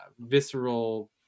visceral